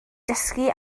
dysgu